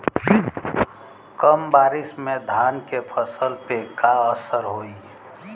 कम बारिश में धान के फसल पे का असर होई?